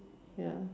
ya